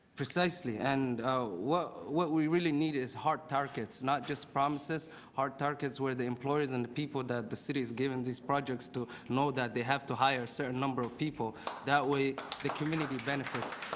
precisely. and what what we really need is hard targets not just promises hard targets where the employers and people that the city has given these projects to know that they have to hire a certain number of people that way the community benefits.